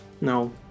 No